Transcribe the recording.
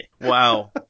Wow